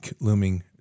looming